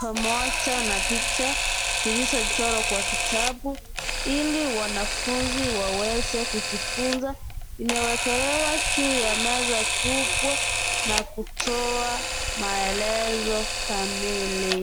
pamoja na picha, zilizochorwa Kwa kitabu ili wanafunzi waweze kujifunza. Imeekelewa juu ya meza kubwa na kutoa maelezo kamili.